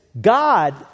God